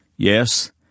Yes